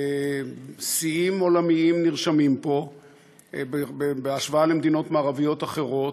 שיאים עולמיים נרשמים פה בהשוואה למדינות מערביות אחרות,